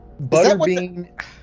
Butterbean